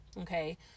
Okay